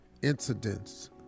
incidents